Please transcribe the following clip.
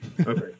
Okay